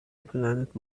planet